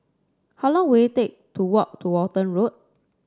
how long will it take to walk to Walton Road